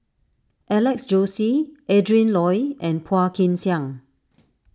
Alex Josey Adrin Loi and Phua Kin Siang